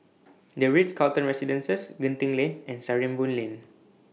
The Ritz Carlton Residences Genting Lane and Sarimbun Lane